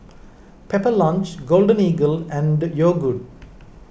Pepper Lunch Golden Eagle and Yogood